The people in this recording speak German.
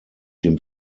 dem